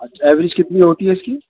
اچھا ایوریج کتنی ہوتی ہے اس کی